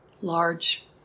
large